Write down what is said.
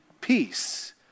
peace